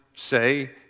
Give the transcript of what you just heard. say